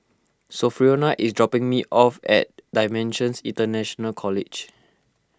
Sophronia is dropping me off at Dimensions International College